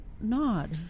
nod